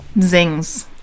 zings